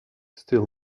still